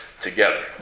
together